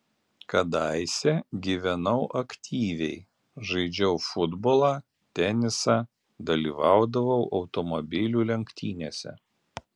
kadaise gyvenau aktyviai žaidžiau futbolą tenisą dalyvaudavau automobilių lenktynėse